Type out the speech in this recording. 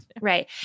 right